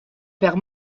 père